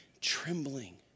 trembling